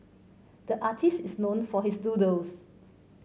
the artist is known for his doodles